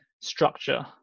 structure